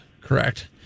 correct